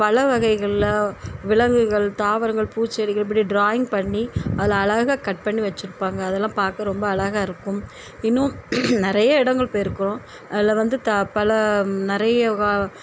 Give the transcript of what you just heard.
பலவகைகளில் விலங்குகள் தாவரங்கள் பூச்செடிகள் இப்படி டிராயிங் பண்ணி அதில் அழகா கட் பண்ணி வச்சிருப்பாங்க அதெலாம் பார்க்க ரொம்ப அழகா இருக்கும் இன்னும் நிறைய இடங்கள் போயிருக்கிறோம் அதில் வந்து த பல நிறைய